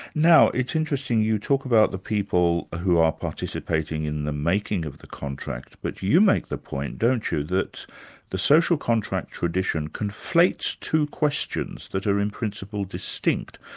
now it's interesting you talk about the people who are participating in the making of the contract, but you make the point, don't you, that the social contract tradition conflates two questions that are in principle, distinct.